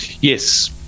Yes